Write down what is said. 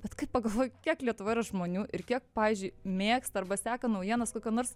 bet kai pagalvoju kiek lietuvoj yra žmonių ir kiek pavyzdžiui mėgsta arba seka naujienas kokio nors